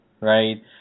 right